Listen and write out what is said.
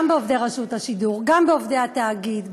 גם בעובדי רשות השידור וגם בעובדי התאגיד,